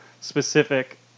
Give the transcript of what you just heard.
specific